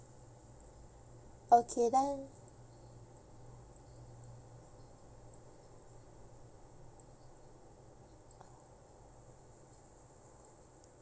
okay then